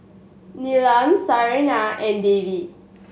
Neelam Saina and Devi